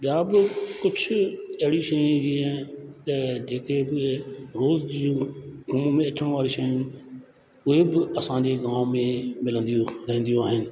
ॿिया बि कुझु अहिड़ी शयूं जीअं त जेके बि आहिनि रोज़ जूं खुली में अचण वारी शयूं उहे बि असांजे गांव में मिलंदियूं रहंदियूं आहिनि